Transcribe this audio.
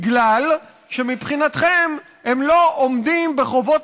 בגלל שמבחינתכם הם לא עומדים בחובות